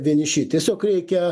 vieniši tiesiog reikia